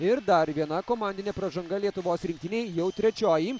ir dar viena komandinė pražanga lietuvos rinktinei jau trečioji